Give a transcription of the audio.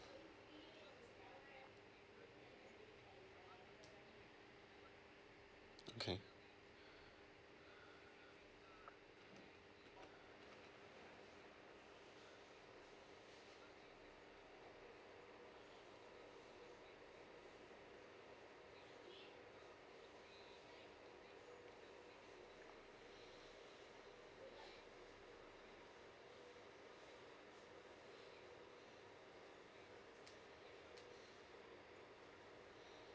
okay